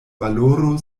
valoro